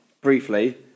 briefly